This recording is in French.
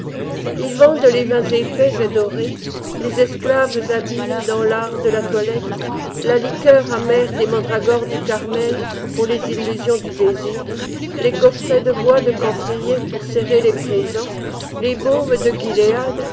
ils vendent les vins épais et dorés les esclaves habiles dans l'art de la toilette la liqueur amère des mandragores du carmel pour les illusions du désir les coffrets de bois de camphrier pour serrer les présents les baumes de